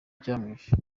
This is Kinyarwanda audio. icyamwishe